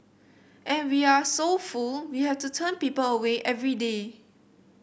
and we are so full we have to turn people away every day